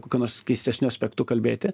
kokiu nors keistesniu aspektu kalbėti